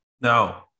No